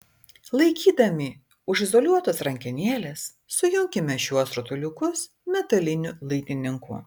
laikydami už izoliuotos rankenėlės sujunkime šiuos rutuliukus metaliniu laidininku